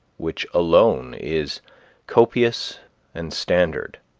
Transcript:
which alone is copious and standard.